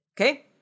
Okay